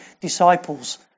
disciples